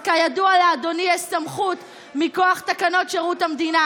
אז כידוע לאדוני יש סמכות מכוח תקנות שירות המדינה